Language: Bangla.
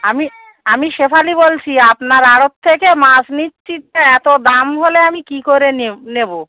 আমি আমি শেফালি বলছি আপনার আড়ত থেকে মাচ নিচ্ছি তা এতো দাম হলে আমি কী করে নেব নেবো